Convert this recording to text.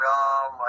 Ram